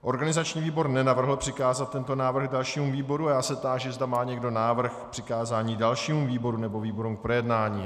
Organizační výbor nenavrhl přikázat tento návrh dalšímu výboru a já se táži, zda má někdo návrh na přikázání dalšímu výboru nebo výborům k projednání.